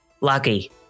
Lucky